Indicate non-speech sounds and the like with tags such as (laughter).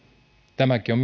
tämäkin on (unintelligible)